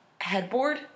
headboard